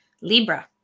libra